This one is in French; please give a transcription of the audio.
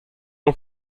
ans